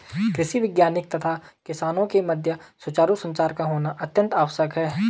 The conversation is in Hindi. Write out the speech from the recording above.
कृषि वैज्ञानिक तथा किसानों के मध्य सुचारू संचार का होना अत्यंत आवश्यक है